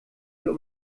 wir